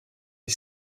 les